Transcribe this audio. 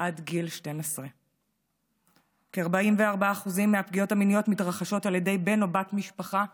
עד גיל 12. כ-44% מהפגיעות המיניות מתרחשות על ידי בן או בת משפחה הורה,